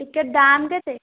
ticket ଦାମ୍ କେତେ